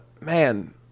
man